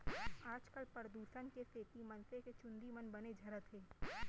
आजकाल परदूसन के सेती मनसे के चूंदी मन बने झरत हें